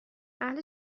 اهل